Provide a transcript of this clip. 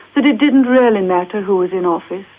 that it didn't really matter who was in office,